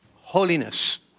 holiness